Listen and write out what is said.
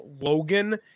Logan